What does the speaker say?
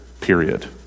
period